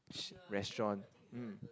sh~ restaurant mm